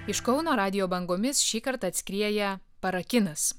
iš kauno radijo bangomis šįkart atskrieja para kinas